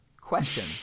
Question